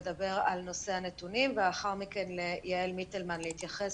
לדבר על נושא הנתונים ולאחר מכן ליעל מיטלמן להתייחס